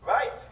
Right